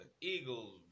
Eagles